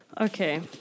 Okay